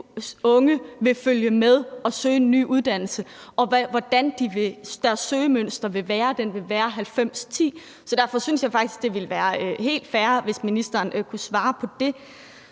unge vil følge med og søge en ny uddannelse, og hvordan deres søgemønster vil være. Det vil være 90-10. Så derfor synes jeg faktisk, det ville være helt fair, hvis ministeren kunne svare på det.